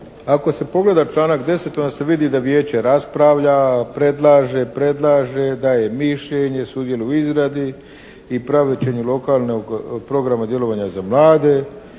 Ako se pogleda članak 10. onda se vidi da Vijeće raspravlja, predlaže, predlaže, daje mišljenje, sudjeluje u izradbi i provođenju lokalnog djelovanja za mlade,